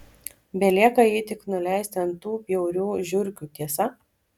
belieka jį tik nuleisti ant tų bjaurių žiurkių tiesa